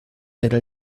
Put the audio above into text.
era